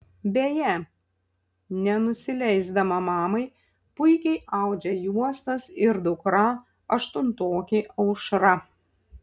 beje nenusileisdama mamai puikiai audžia juostas ir dukra aštuntokė aušra